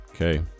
Okay